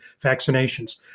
vaccinations